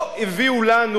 לא הביאו לנו,